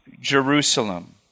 Jerusalem